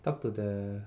talk to the